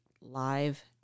live